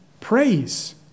praise